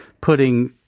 putting